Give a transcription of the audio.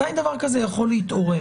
מתי דבר כזה יכול להתעורר?